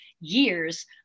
years